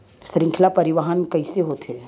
श्रृंखला परिवाहन कइसे होथे?